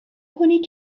کنید